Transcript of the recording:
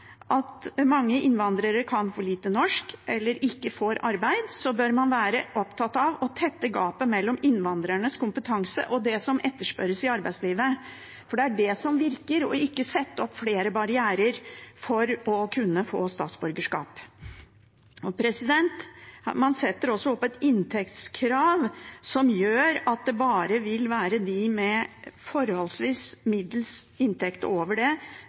at mange innvandrere kan for lite norsk, eller ikke får arbeid, bør man være opptatt av å tette gapet mellom innvandrernes kompetanse og det som etterspørres i arbeidslivet, for det er det som virker – og ikke sette opp flere barrierer for å kunne få statsborgerskap. Man setter også opp et inntektskrav som gjør at det bare vil være dem med forholdsvis middels inntekt og over det